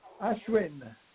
Ashwin